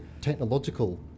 technological